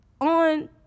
on